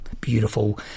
beautiful